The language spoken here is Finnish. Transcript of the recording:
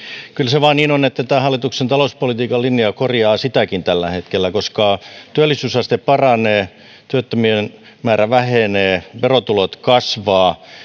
kyllä se vain niin on että tämä hallituksen talouspolitiikan linja korjaa sitäkin tällä hetkellä koska työllisyysaste paranee työttömien määrä vähenee ja verotulot kasvavat niin